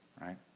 right